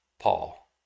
Paul